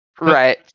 right